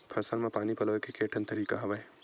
फसल म पानी पलोय के केठन तरीका हवय?